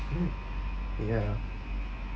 ya